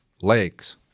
legs